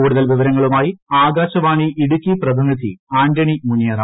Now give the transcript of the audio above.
കൂടുതൽ വിവരങ്ങളുമായി ആകാശവാണി ഇടുക്കി പ്രതിനിധി ആന്റണി മുനിയറ